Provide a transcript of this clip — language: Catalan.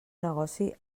negoci